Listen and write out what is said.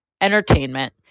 entertainment